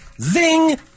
Zing